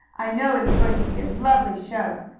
i know it is going to be a lovely show!